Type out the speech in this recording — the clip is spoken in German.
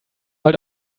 halt